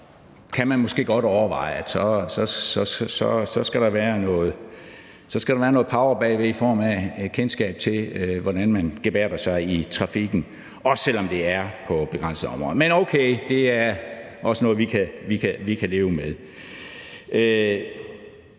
kan man måske godt overveje, at så skal der være noget power bagved i form af kendskab til, hvordan man gebærder sig i trafikken, også selv om det er på et begrænset område. Men okay, det er også noget, vi kan leve med.